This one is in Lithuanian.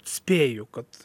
spėju kad